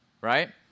right